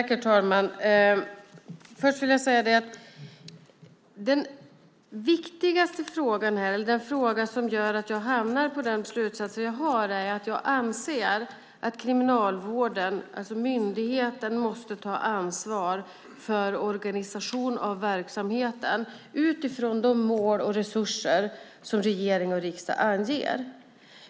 Herr talman! Jag hamnar på de slutsatser jag gör därför att jag anser att myndigheten Kriminalvården måste ta ansvar för organisationen av verksamheten utifrån de mål och resurser som regering och riksdag anger.